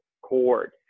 cord